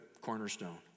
Cornerstone